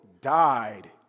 died